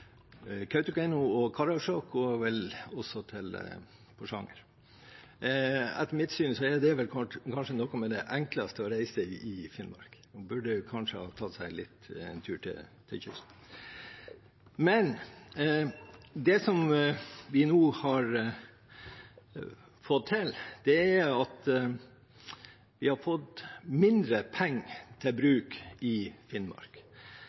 Kautokeino og Karasjok og så til Porsanger. Etter mitt syn er det en av de enkleste reisene i Finnmark. Statsråden burde vel kanskje ta seg en tur til kysten. Det som vi nå har fått til, er at vi har fått mindre penger til bruk i Finnmark.